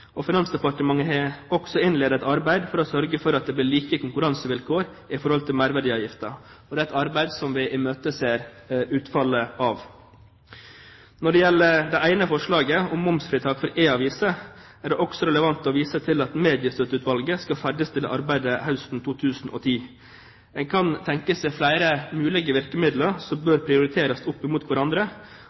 Finansdepartementet har også innledet et arbeid for å sørge for at det blir like konkurransevilkår i forhold til merverdiavgiften. Dette er et arbeid som vi imøteser utfallet av. Når det gjelder det ene forslaget, om momsfritak for e-aviser, er det også relevant å vise til at Mediestøtteutvalget skal ferdigstille arbeidet høsten 2010. En kan tenke seg flere mulige virkemidler som bør prioriteres opp mot hverandre.